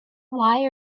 why